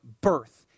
birth